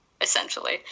essentially